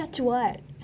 touch what